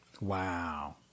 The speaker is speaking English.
Wow